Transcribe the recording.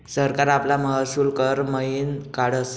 सरकार आपला महसूल कर मयीन काढस